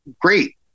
great